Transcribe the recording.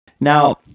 Now